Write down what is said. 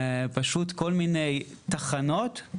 פשוט כל מיני תחנות,